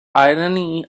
irony